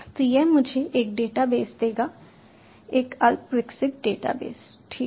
तो यह मुझे एक डेटाबेस देगा एक अल्पविकसित डेटाबेस ठीक है